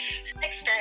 experience